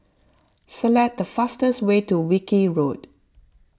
select the fastest way to Wilkie Road